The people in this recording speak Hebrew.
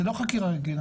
זה לא חקירה רגילה,